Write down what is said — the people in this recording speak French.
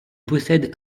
possède